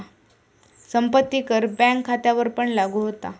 संपत्ती कर बँक खात्यांवरपण लागू होता